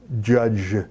Judge